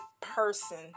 person